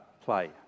play